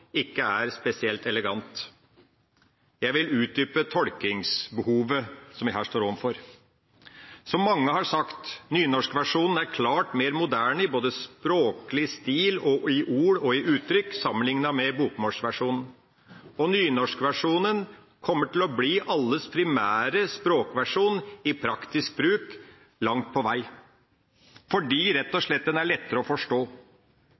ikke er spesielt elegant. Jeg vil utdype tolkingsbehovet som vi her står overfor. Som mange har sagt: Nynorskversjonen er klart mer moderne både i språklig stil og i ord og uttrykk, sammenlignet med bokmålsversjonen. Nynorskversjonen kommer langt på vei til å bli alles primære språkversjon i praktisk bruk, rett og slett fordi den er lettere å forstå.